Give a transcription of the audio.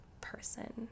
person